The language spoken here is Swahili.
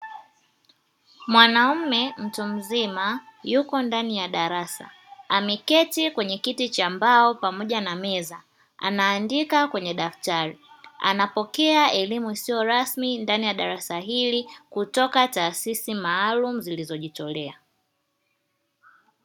Mwanaume mtu mzima, yuko ndani ya darasa, ameketi kwenye kiti cha mbao, pamoja na meza, anaandika kwenye daftari. Anapokea elimu isiyo rasmi ndani ya darasa hili kutoka taasisi maalumu zilizo jitolea.